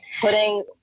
putting